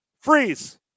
freeze